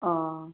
অঁ